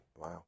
Wow